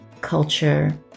culture